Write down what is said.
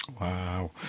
Wow